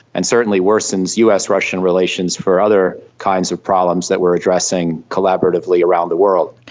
and certainly worsens us-russian relations for other kinds of problems that we are addressing collaboratively around the world.